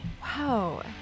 Wow